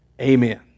Amen